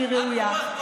שהיא ראויה,